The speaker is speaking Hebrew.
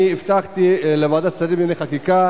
אני הבטחתי לוועדת שרים לענייני חקיקה